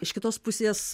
iš kitos pusės